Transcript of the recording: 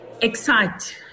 Excite